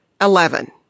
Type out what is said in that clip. Eleven